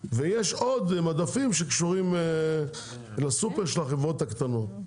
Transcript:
ויש עוד מדפים שקשורים לסופר של החברות הקטנות.